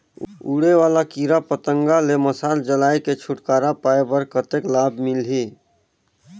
उड़े वाला कीरा पतंगा ले मशाल जलाय के छुटकारा पाय बर कतेक लाभ मिलही?